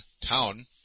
town